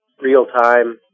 real-time